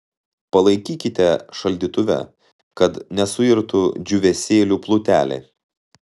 palaikykite šaldytuve kad nesuirtų džiūvėsėlių plutelė